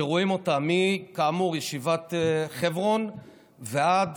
שרואים אותה, כאמור, מישיבת חברון ועד